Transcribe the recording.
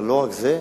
אבל לא רק זה,